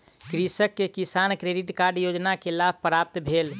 कृषक के किसान क्रेडिट कार्ड योजना के लाभ प्राप्त भेल